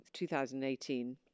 2018